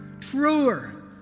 truer